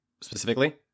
specifically